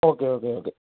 okay okay okay